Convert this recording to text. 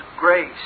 grace